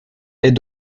est